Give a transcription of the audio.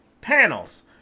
panels